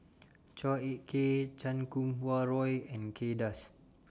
Chua Ek Kay Chan Kum Wah Roy and Kay Das